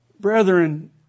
Brethren